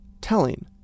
telling